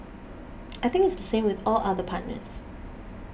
I think it's the same with all other partners